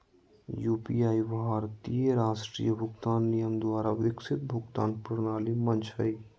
UPI भारतीय राष्ट्रीय भुगतान निगम द्वारा विकसित भुगतान प्रणाली मंच हइ